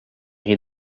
ris